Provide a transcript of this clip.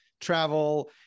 travel